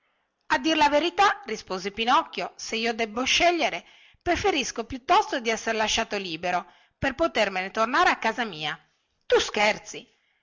a dir la verità rispose pinocchio se io debbo scegliere preferisco piuttosto di essere lasciato libero per potermene tornare a casa mia tu scherzi